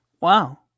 wow